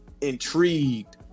intrigued